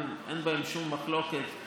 אין בהם שום מחלוקת,